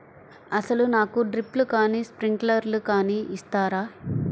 అసలు నాకు డ్రిప్లు కానీ స్ప్రింక్లర్ కానీ ఇస్తారా?